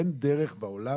אין דרך בעולם